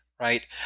Right